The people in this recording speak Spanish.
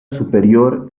superior